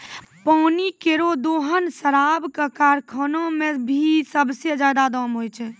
पानी केरो दोहन शराब क कारखाना म भी सबसें जादा होय छै